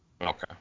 Okay